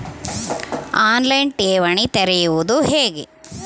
On line ಠೇವಣಿ ತೆರೆಯುವುದು ಹೇಗೆ?